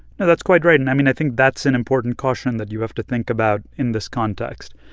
no, that's quite right. and i mean, i think that's an important caution that you have to think about in this context.